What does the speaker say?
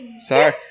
sorry